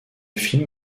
film